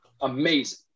amazing